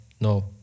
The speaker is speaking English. no